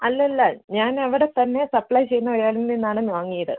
അല്ല അല്ല ഞാൻ അവിടെ തന്നെ സപ്ലൈ ചെയ്യുന്ന ഒരാളിൽ നിന്നാണ് വാങ്ങിയത്